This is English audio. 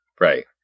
Right